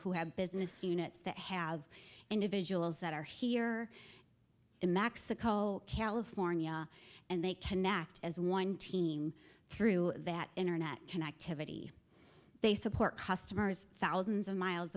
who have business units that have individuals that are here in mexico california and they connect as one team through that internet connectivity they support customers thousands of miles